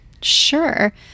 Sure